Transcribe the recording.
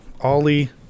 Ollie